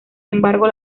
embargo